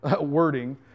wording